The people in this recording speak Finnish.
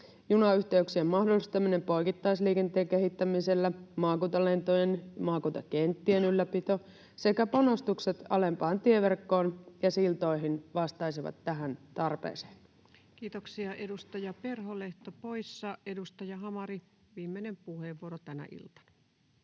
Junayhteyksien mahdollistaminen poikittaisliikenteen kehittämisellä, maakuntalentojen, maakuntakenttien ylläpito sekä panostukset alempaan tieverkkoon ja siltoihin vastaisivat tähän tarpeeseen. [Speech 495] Speaker: Ensimmäinen varapuhemies